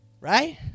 right